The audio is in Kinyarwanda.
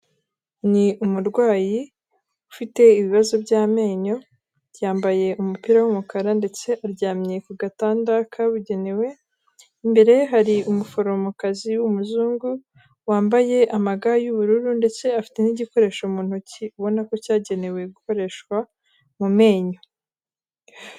Ni umurwayi ufite ibibazo by'amenyo, yambaye umupira w'umukara ndetse aryamye ku gatanda kabugenewe, imbere ye hari umuforomokazi w'umuzungu, wambaye ama ga y'ubururu ndetse afite n'igikoresho mu ntoki ubona ko cyagenewe gukoreshwa mu menyo.